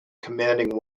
commanding